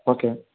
okay